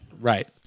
Right